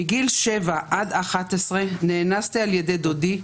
מגיל שבע עד 11 נאנסתי על ידי דודי,